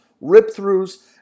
rip-throughs